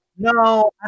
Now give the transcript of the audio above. No